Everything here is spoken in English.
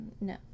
No